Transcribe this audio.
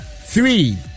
three